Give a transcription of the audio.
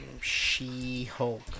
She-Hulk